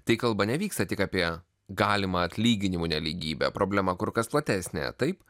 tai kalba nevyksta tik apie galimą atlyginimų nelygybę problema kur kas platesnė taip